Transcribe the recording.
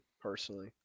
personally